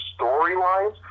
storylines